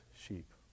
sheep